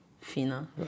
Fina